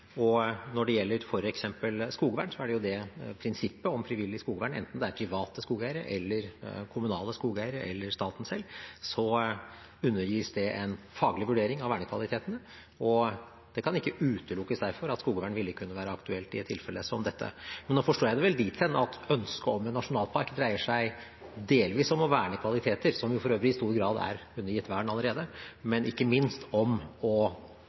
Når det gjelder f.eks. skogvern, er det jo prinsippet om frivillig skogvern, enten det er private skogeiere, kommunale skogeiere eller staten selv. Så undergis det en faglig vurdering av vernekvaliteten, og det kan derfor ikke utelukkes at skogvern ville kunne være aktuelt i et tilfelle som dette. Men nå forstår jeg det vel dit hen at ønsket om en nasjonalpark dreier seg delvis om å verne kvaliteter som jo for øvrig i stor grad er undergitt vern allerede, men ikke minst om å